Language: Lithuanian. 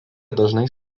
dažnai